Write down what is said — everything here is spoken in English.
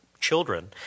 children